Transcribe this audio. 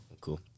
cool